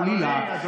חלילה,